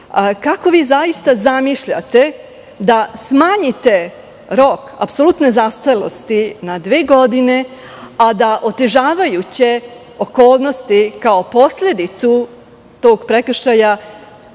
Kako vi zaista zamišljate da smanjite rok apsolutne zastarelosti na dve godine, a da otežavajuće okolnosti, kao posledicu tog prekršaja,